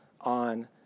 on